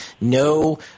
no